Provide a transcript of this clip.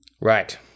Right